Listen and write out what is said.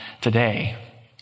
today